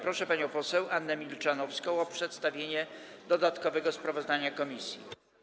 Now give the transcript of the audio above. Proszę panią poseł Annę Milczanowską o przedstawienie dodatkowego sprawozdania komisji.